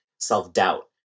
self-doubt